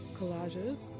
collages